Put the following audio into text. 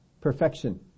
perfection